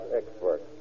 expert